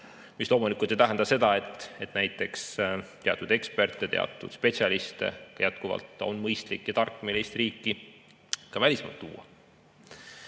Mis loomulikult ei tähenda seda, et näiteks teatud eksperte, teatud spetsialiste jätkuvalt on mõistlik ja tark meil Eesti riiki ka välismaalt tuua.